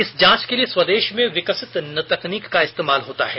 इस जांच के लिए स्वदेश में विकसित तकनीक का इस्तेमाल होता है